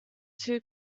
two